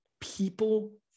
people